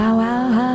wow